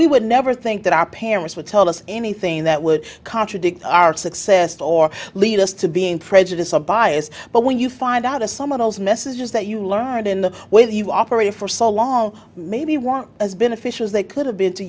we would never think that our parents would tell us anything that would contradict our success or lead us to being prejudice or bias but when you find out as some of those messages that you learned in the way that you operated for so long maybe you want as been officials they could have been to